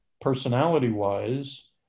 personality-wise